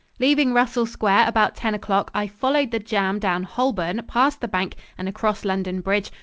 leaving russell square about ten o'clock, i followed the jam down holborn past the bank and across london bridge,